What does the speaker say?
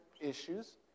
issues